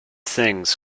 things